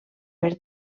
per